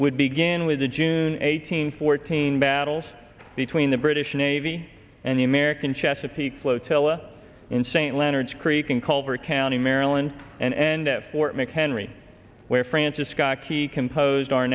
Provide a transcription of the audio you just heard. would begin with the june eighteenth fourteen battles between the british navy and the american chesapeake flotilla in st leonards creek in culver county maryland and at fort mchenry where francis scott key composed our